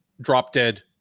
drop-dead